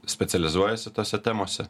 specializuojasi tose temose